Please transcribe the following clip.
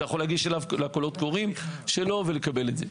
אתה יכול להגיש לקולות קוראים שלו ולקבל את זה.